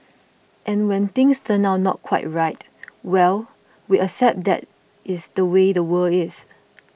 and when things turn out not quite right well we accept that is the way the world is